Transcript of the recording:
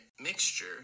mixture